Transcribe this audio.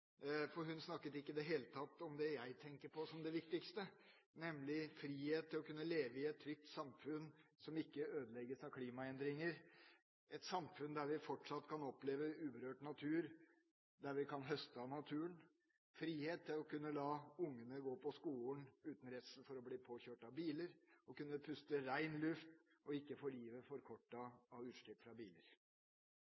for hun snakket ikke i det hele tatt om det jeg tenker på som det viktigste, nemlig frihet til å kunne leve i et trygt samfunn som ikke ødelegges av klimaendringer, et samfunn der vi fortsatt kan oppleve uberørt natur, der vi kan høste av naturen, ha frihet til å kunne la ungene gå til skolen uten redsel for å bli påkjørt av biler, kunne puste i ren luft og ikke få livet